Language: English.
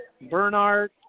Bernard